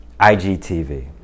IGTV